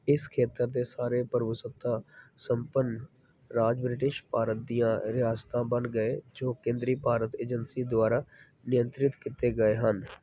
ਇਸ ਖੇਤਰ ਦੇ ਸਾਰੇ ਪ੍ਰਭੂਸੱਤਾ ਸੰਪੰਨ ਰਾਜ ਬ੍ਰਿਟਿਸ਼ ਭਾਰਤ ਦੀਆਂ ਰਿਆਸਤਾਂ ਬਣ ਗਏ ਜੋ ਕੇਂਦਰੀ ਭਾਰਤ ਏਜੰਸੀ ਦੁਆਰਾ ਨਿਯੰਤਰਿਤ ਕੀਤੇ ਗਏ ਹਨ